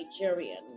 Nigerian